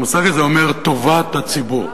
המושג הזה אומר, טובת הציבור.